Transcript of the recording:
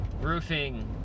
roofing